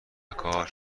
کار